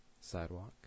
sidewalk